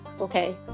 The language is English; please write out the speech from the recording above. okay